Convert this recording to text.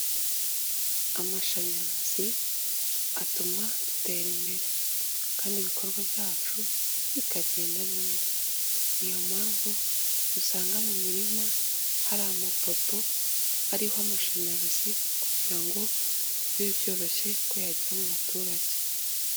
Amyashanyarazi atuma dutera imbere kandi ibikorwa byacu bikagenda neza, niyo mpamvu usanga mu mirima hari amapoto ariho amashanyarazi kugira ngo bibe byoroshye ko yagera mu baturage.